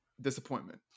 disappointment